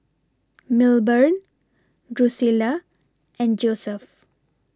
Milburn Drusilla and Josef